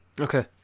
Okay